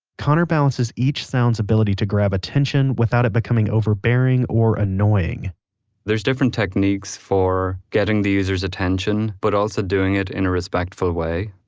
conor balances each sound's ability to grab attention without it becoming overbearing or annoying there's different techniques for getting the user's attention but also doing it in a respectful way.